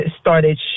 started